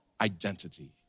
identity